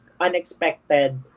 unexpected